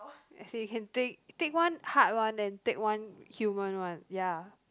as in you can tick tick one hard one then tick one human one ya